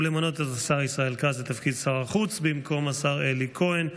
ולמנות את השר ישראל כץ לתפקיד שר החוץ במקום השר אלי כהן.